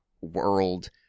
World